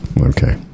Okay